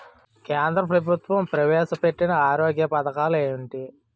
కేంద్ర ప్రభుత్వం ప్రవేశ పెట్టిన ఆరోగ్య పథకాలు ఎంటి?